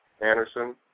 Anderson